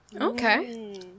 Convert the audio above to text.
Okay